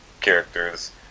characters